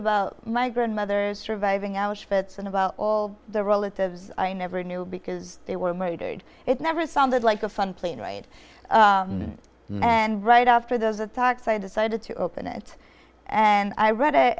about my grandmother's surviving auschwitz and about all the relatives i never knew because they were married it never sounded like a fun plane ride and right after those attacks i decided to open it and i read it